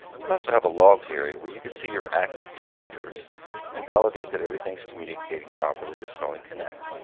you also have a logs area where you can see your active connectors and validate that everything's communicating properly with starling connect.